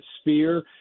sphere